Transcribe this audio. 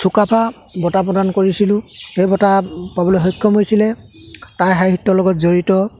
চুকাফা বঁটা প্ৰদান কৰিছিলোঁ সেই বঁটা পাবলৈ সক্ষম হৈছিলে টাই সাহিত্যৰ লগত জড়িত